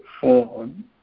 form